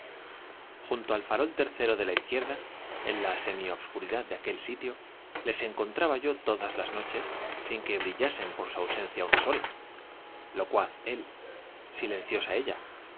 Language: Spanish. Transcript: junto al farol tercero de la izquierda en la semi obscuridad de aquel sitio les encontraba yo todas las noches sin que brillasen por su ausencia una sola locuaz él silenciosa ella